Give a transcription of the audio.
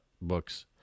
books